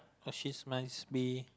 achievements be